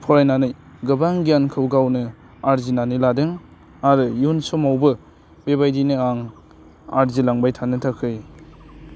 फरायनानै गोबां गियानखौ गावनो आरजिनानै लादों आरो इयुन समावबो बेबायदिनो आं आरजिलांबाय थानो थाखाय